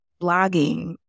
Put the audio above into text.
blogging